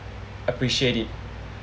appreciate it